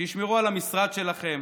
שישמרו על המשרד שלכם,